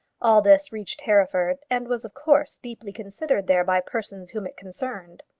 all this reached hereford, and was of course deeply considered there by persons whom it concerned.